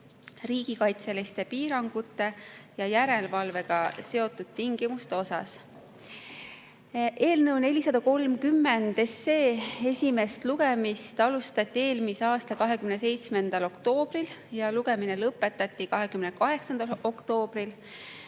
riigikaitseliste piirangute ja järelevalvega seotud tingimuste vaates. Eelnõu 430 esimest lugemist alustati eelmise aasta 27. oktoobril ja lugemine lõpetati 28. oktoobril.